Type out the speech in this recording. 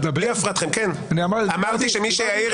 לאחר מכן חברי הכנסת הנוכחים פה יקבלו